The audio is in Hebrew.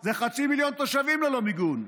זה חצי מיליון תושבים ללא מיגון.